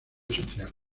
social